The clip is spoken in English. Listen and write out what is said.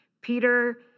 Peter